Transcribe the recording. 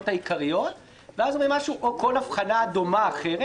העיקריות ואז אומרים: או כל אבחנה אחרת.